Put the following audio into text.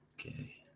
Okay